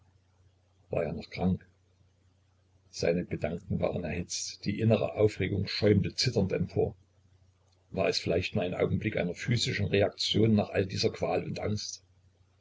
war er noch krank seine gedanken waren erhitzt die innere aufregung schäumte zitternd empor war es vielleicht nur ein augenblick einer physischen reaktion nach all dieser qual und angst